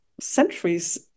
centuries